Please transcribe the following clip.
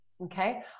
Okay